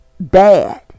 Bad